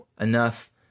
enough